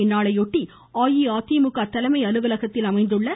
இந்நாளையொட்டி அஇஅதிமுக தலைமை அலுவலகத்தில் அமைந்துள்ள கே